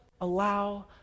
allow